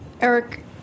Eric